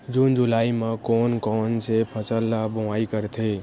जून जुलाई म कोन कौन से फसल ल बोआई करथे?